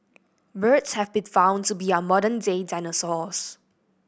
birds have been found to be our modern day dinosaurs